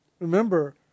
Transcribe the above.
Remember